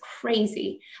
crazy